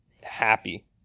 happy